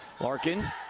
larkin